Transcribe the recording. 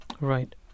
Right